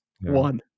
one